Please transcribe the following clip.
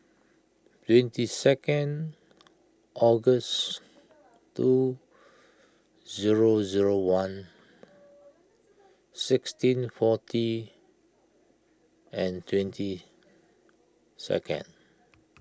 twenty second August two zero zero one sixteen forty and twenty second